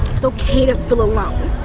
it's okay to feel alone.